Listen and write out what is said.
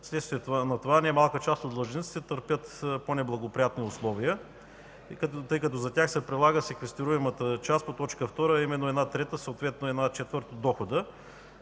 Вследствие на това немалка част от длъжниците търпят по-неблагоприятни условия, тъй като за тях се прилага секвестируемата част по т. 2, а именно една трета, съответно една четвърт от дохода.